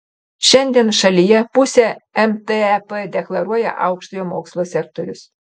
šiandien šalyje pusę mtep deklaruoja aukštojo mokslo sektorius